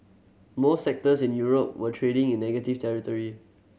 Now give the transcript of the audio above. most sectors in Europe were trading in negative territory